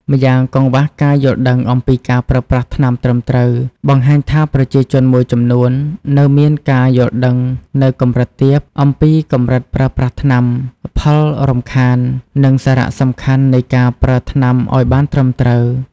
ម្យ៉ាងកង្វះការយល់ដឹងអំពីការប្រើប្រាស់ថ្នាំត្រឹមត្រូវ បង្ហាញថាប្រជាជនមួយចំនួននៅមានការយល់ដឹងនៅកម្រិតទាបអំពីកម្រិតប្រើប្រាស់ថ្នាំ ផលរំខាន និងសារៈសំខាន់នៃការប្រើថ្នាំឱ្យបានត្រឹមត្រូវ ។